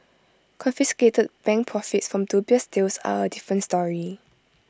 confiscated bank profits from dubious deals are A different story